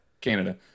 Canada